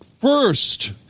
first